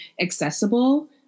accessible